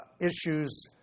issues